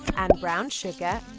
and brown sugar.